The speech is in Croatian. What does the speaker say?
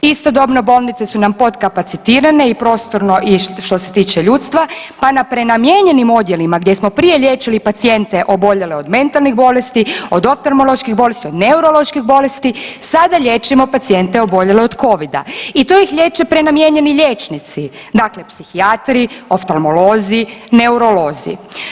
Istodobno bolnice su nam podkapacitirane i prostorno i što se tiče ljudstva, pa na prenamijenjenim odjelima gdje smo prije liječili pacijente oboljele od mentalnih bolesti, od oftamoloških bolesti, od neuroloških bolesti sada liječimo pacijente oboljele od covida i to ih liječe prenamijenjeni liječnici dakle psihijatri, oftamolozi, neurolozi.